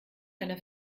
einer